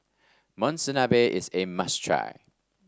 Monsunabe is a must try